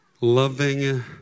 Loving